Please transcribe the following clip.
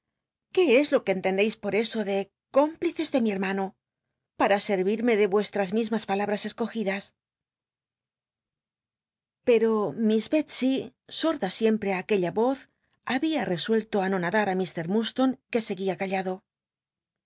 qué es lo que cnlcndcis por eso de cómpl ices de mi hcrmanó u para scrvinne de nrcstras mismas palabras escogidas l ei'o miss betsey sorda siempre i aquella voz habia resuello anonadar á ir iurdslone que seguia callado